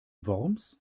worms